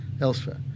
elsewhere